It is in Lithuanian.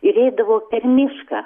ir eidavau per mišką